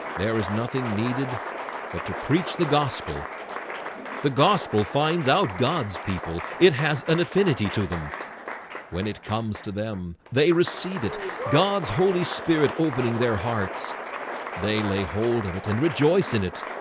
there is nothing needed but to preach the gospel the gospel finds out god's people. it has an affinity to them when it comes to them they receive it god's holy spirit opening their hearts they lay hold of it and rejoice in it